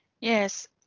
Yes